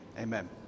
Amen